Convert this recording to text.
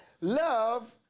Love